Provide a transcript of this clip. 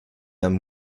and